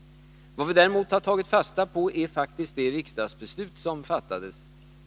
Däremot har vi tagit fasta på det riksdagsbeslut som har fattats.